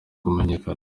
kumenyekana